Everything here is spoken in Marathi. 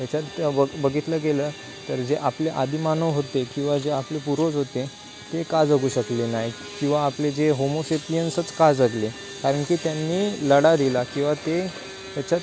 याच्यात त्ये बघ बघितलं गेलं तर जे आपले आदिमानव होते किंवा जे आपले पूर्वज होते ते का जगू शकले नाही किंवा आपले जे होमोसेपियन्सच का जगले कारण की त्यांनी लढा दिला किंवा ते याच्यात